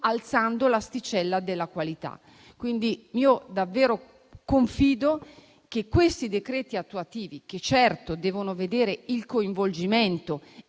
alzando l'asticella della qualità. Davvero confido che questi decreti attuativi, che certo devono vedere il coinvolgimento